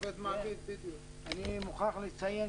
אני מוכרח לציין